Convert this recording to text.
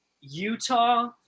Utah